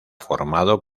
formado